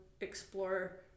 explore